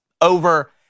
over